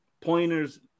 pointers